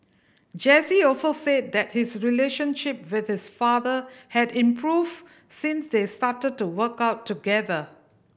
Jesse also said that his relationship with his father had improved since they started to work out together